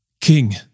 King